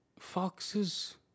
Foxes